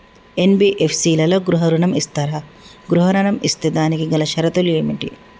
NBFC లలో గృహ ఋణం ఇస్తరా? గృహ ఋణం ఇస్తే దానికి గల షరతులు ఏమిటి?